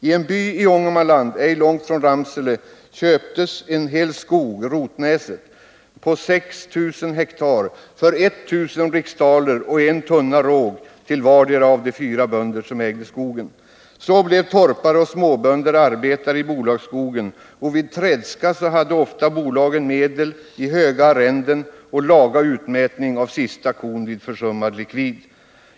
I en by i Ångermanland, ej långt från Ramsele, köptes Rotnäsets skog på 6 000 ha för 1 000 riksdaler och en tunna råg till vardera av de fyra bönder som ägde skogen. Så blev torpare och småbönder arbetare i bolagsskogen, och vid tredska hade bolaget ofta medel att ta till i höga arrenden och laga utmätning av sista kon vid försummad likvid.